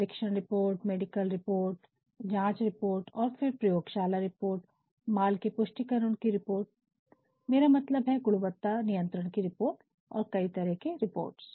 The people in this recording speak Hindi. परीक्षण रिपोर्ट मेडिकल रिपोर्ट जांच रिपोर्ट और फिर प्रयोगशाला रिपोर्ट और माल के पुष्टिकरण की रिपोर्ट मेरा मतलब है गुणवत्ता नियंत्रण रिपोर्ट और कई तरह की रिपोर्ट्स